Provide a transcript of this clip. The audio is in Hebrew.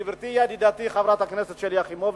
גברתי ידידתי חברת הכנסת שלי יחימוביץ,